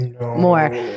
more